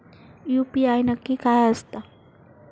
UPI नक्की काय आसता?